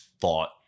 thought